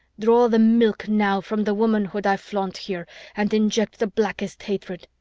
draw the milk now from the womanhood i flaunt here and inject the blackest hatred!